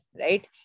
right